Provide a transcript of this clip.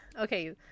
Okay